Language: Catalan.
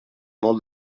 molt